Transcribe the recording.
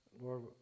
Lord